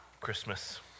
Christmas